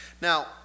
Now